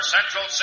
Central